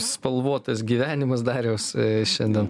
spalvotas gyvenimas darius šiandien